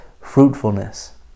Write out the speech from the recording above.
fruitfulness